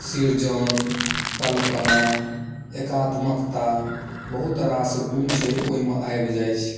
सृजन कल्पना एकात्मकता बहुत रास गुण छै ओहिमे आबि जाइत छै